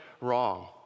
wrong